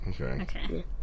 Okay